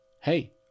Hey